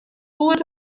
oer